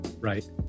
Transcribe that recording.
Right